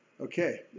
okay